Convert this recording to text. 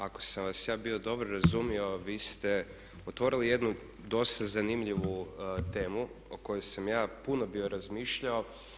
Ako sam vas ja bio dobro razumio, vi ste otvorili jednu dosta zanimljivu temu o kojoj sam ja puno bio razmišljao.